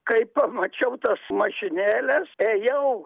kai pamačiau tas mašinėles ėjau